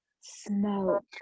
Smoke